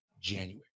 January